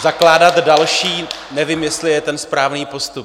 Zakládat další, nevím, jestli je ten správný postup.